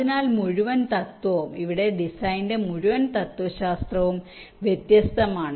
അതിനാൽ മുഴുവൻ തത്വവും ഇവിടെ ഡിസൈനിന്റെ മുഴുവൻ തത്വശാസ്ത്രവും വ്യത്യസ്തമാണ്